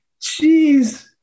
Jeez